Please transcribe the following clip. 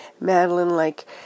Madeline-like